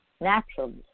Naturally